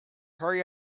hurry